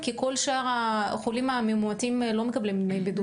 כי כל שאר החולים המאומתים לא מקבלים דמי בידוד.